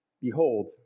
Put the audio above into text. Behold